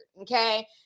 okay